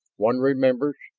one remembers.